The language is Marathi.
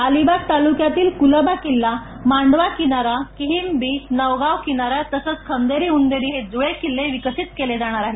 अलिबाग तालुक्यातील कुलाबा किल्ला मांडवा किनारा किहिम बीच नवगाव किनारा तसेच खांदेरी उंदेरी हे जुळे किल्ले विकसित केले जाणार आहेत